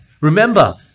Remember